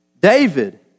David